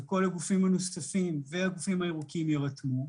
כל הגופים הנוספים והגופים הירוקים יירתמו,